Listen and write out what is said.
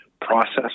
process